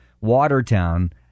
Watertown